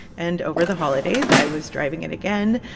and over the holidays, i was driving it again,